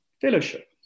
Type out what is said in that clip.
fellowship